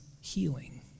healing